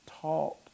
taught